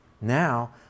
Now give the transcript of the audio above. Now